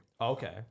Okay